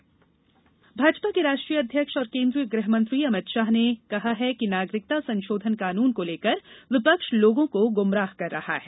अमित शाह भाजपा के राष्ट्रीय अध्यक्ष और केन्द्रीय गृहमंत्री अमित शाह ने कहा है कि नागरिकता संषोधन कानून को लेकर विपक्ष लोगों को गुमराह कर रहा है